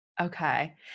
Okay